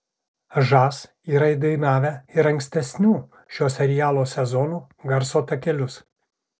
žas yra įdainavę ir ankstesnių šio serialo sezonų garso takelius